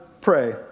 Pray